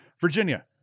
Virginia